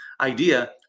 idea